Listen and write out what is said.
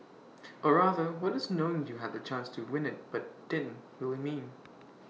or rather what does knowing you had the chance to win IT but didn't really mean